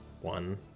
one